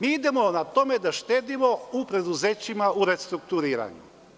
Mi idemo na to da štedimo u preduzećima u restrukturiranju.